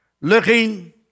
looking